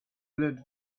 glowed